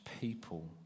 people